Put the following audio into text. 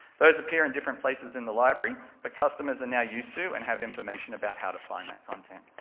those appear in different places in the library, but customers are now used to, and have information about how to find that content.